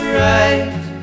right